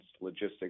logistics